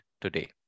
today